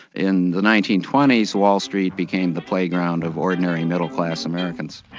in the nineteen twenty s, wall street became the playground of ordinary, middle-class americans.